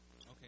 Okay